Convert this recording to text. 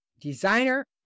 designer